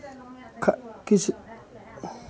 क् किछु